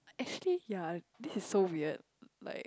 actually ya this is so weird like